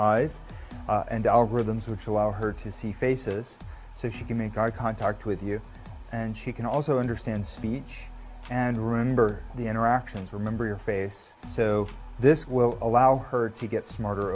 eyes and algorithms which allow her to see faces so she can make eye contact with you and she can also understand speech and remember the interactions remember your face so this will allow her to get smarter